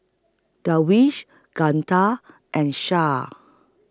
Darwish Guntur and Shah